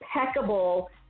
impeccable